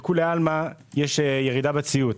לכולי עלמא יש ירידה בציות.